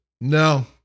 No